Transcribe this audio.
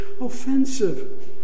offensive